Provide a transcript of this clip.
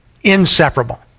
inseparable